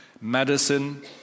medicine